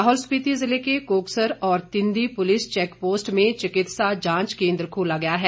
लाहौल स्पिति ज़िले के कोकसर और तिंदी पुलिस चैकपोस्ट में चिकित्सा जांच केंद्र खोला गया है